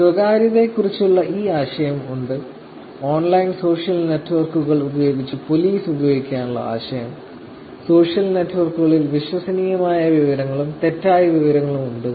സ്വകാര്യതയെക്കുറിച്ചുള്ള ഈ ആശയം ഉണ്ട് ഓൺലൈൻ സോഷ്യൽ നെറ്റ്വർക്കുകൾ ഉപയോഗിച്ച് പോലീസ് ഉപയോഗിക്കാനുള്ള ആശയം സോഷ്യൽ നെറ്റ്വർക്കുകളിൽ വിശ്വസനീയമായ വിവരങ്ങളും തെറ്റായ വിവരങ്ങളും ഉണ്ട്